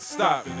Stop